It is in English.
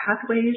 pathways